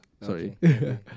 Sorry